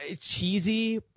Cheesy